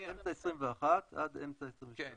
--- אמצע 21' עד אמצע 22'. כן,